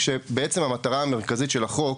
כשהמטרה המרכזית של החוק